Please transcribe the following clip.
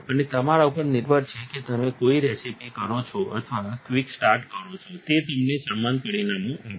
તે તમારા ઉપર નિર્ભર છે કે તમે કોઈ રેસીપી કરો છો અથવા ક્વિક સ્ટાર્ટ કરો છો તે તમને સમાન પરિણામો આપે છે